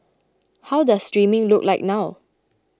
how does streaming look like now